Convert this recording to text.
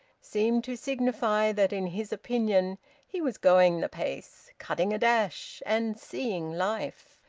seemed to signify that in his opinion he was going the pace, cutting a dash, and seeing life.